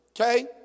Okay